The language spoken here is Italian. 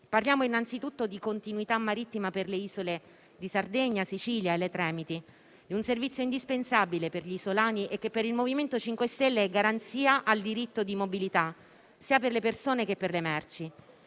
parlando, innanzitutto, di continuità marittima per le isole, come Sardegna, Sicilia e Tremiti. Si tratta di un servizio indispensabile per gli isolani, che per il MoVimento 5 Stelle è garanzia del diritto di mobilità, sia per le persone che per le merci.